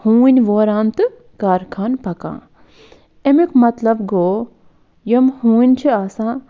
ہوٗنۍ ووران تہٕ کارخان پَکان اَمیُک مطلب گوٚو یِم ہوٗنۍ چھِ آسان